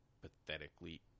pathetically